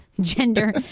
Gender